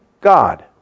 God